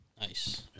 Nice